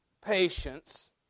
patience